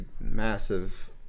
massive